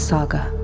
Saga